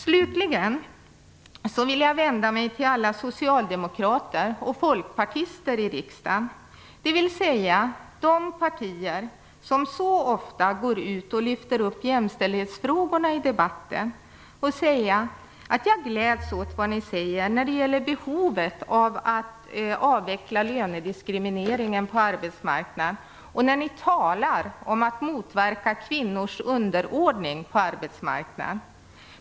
Slutligen vill jag vända mig till alla socialdemokrater och folkpartister i riksdagen, dvs. de partier som så ofta går ut och lyfter upp jämställdhetsfrågorna i debatten. Jag gläds åt vad ni säger när det gäller behovet av att avveckla lönediskrimineringen på arbetsmarknaden och det ni säger om att motverka kvinnors underordning på arbetsmarknaden.